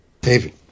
David